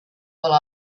while